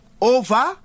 over